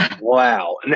Wow